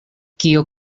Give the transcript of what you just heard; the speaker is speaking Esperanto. kio